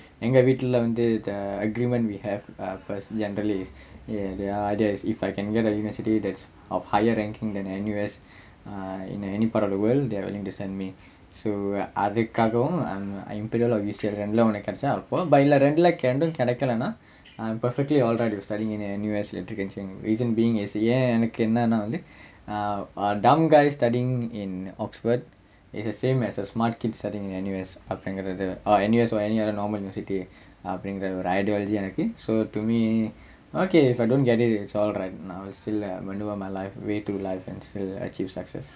எங்க வீட்ல வந்து:enga veetla vanthu agreement we have uh first generally the idea is if I can get the university that's of higher ranking than N_U_S ah in any part of the world they're are willing to send me so அதுக்காகவும்:athukkaagavum uh imperial or U_C_L ரெண்டுல ஒன்னு கிடைச்சா அனுப்புவோம்:rendula onnu kidaichaa anuppuvom by ரெண்டுல ரெண்டும் கிடைக்கலனா:rendula rendum kidaikkalanaa I'm perfectly alright with studying in N_U_S litre ching reason being is ஏன் எனக்கு என்னன்னா வந்து:yaen enakku ennannaa vanthu uh uh a dumb kid studying in oxford is the same as a smart kid studying in N_U_S அப்படிங்குறது:appadingurathu uh N_U_S or any other universities அப்படிங்குற ஒரு:appdingura oru ideology எனக்கு:enakku so to me okay if I don't get it it's alright I'll still uh manoeuvre my life and to achieve success